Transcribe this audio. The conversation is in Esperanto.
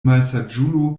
malsaĝulo